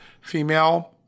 female